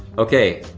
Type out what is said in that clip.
okay,